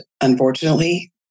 unfortunately